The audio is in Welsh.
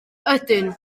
ydyn